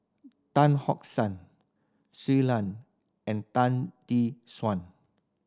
Tan Hock San Shui Lan and Tan Tee Suan